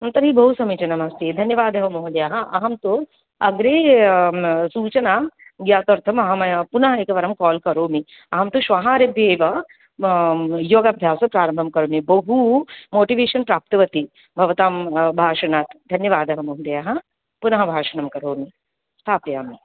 तर्हि बहु समीचीनमस्ति धन्यवादः महोदयाः अहं तु अग्रे सूचनां व्याकर्तुम् अहं पुनः एकवारं कोल् करोमि अहं तु श्वहारभ्य एव योगाभ्यासप्रारम्भं करोमि बहु मोटिवेशन् प्राप्तवती भवतां भाषणात् धन्यवादः महोदयाः पुनः भाषणं करोमि स्थापयामि